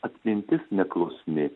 atmintis neklusni